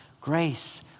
grace